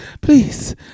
Please